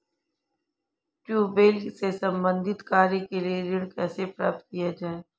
Tubewell से संबंधित कार्य के लिए ऋण कैसे प्राप्त किया जाए?